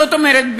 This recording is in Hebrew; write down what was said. זאת אומרת,